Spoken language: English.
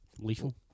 Lethal